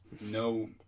no